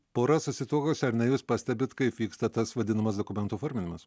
pora susituokusi ar ne jūs pastebit kaip vyksta tas vadinamas dokumentų forminimas